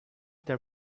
their